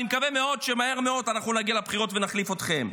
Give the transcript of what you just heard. אני מקווה מאוד שמהר מאוד אנחנו נגיע לבחירות ונחליף אתכם,